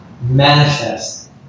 manifest